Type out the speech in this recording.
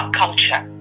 culture